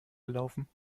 gelaufen